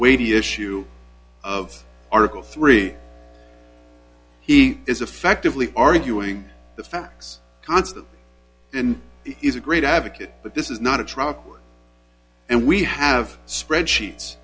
weighty issue of article three he is effectively arguing the facts constance and is a great advocate but this is not a truck and we have spreadsheets